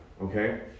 Okay